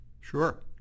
Sure